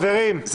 חברים, תודה.